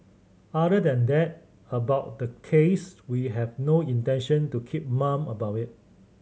other than that about the case we have no intention to keep mum about it